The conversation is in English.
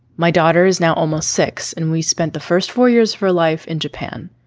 my daughter is now almost six and we spent the first four years for life in japan.